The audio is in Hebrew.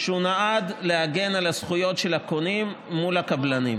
שנועד להגן על הזכויות של הקונים מול הקבלנים.